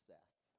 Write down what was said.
Seth